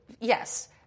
Yes